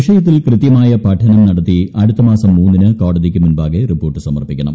വിഷയത്തിൽ കൃത്യമായ പഠനം നടത്തി അടുത്ത മാസം മൂന്നിന് കോടതിക്ക് മുൻപാകെ റിപ്പോർട്ട് സമർപ്പിക്കണം